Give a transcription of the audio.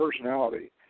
personality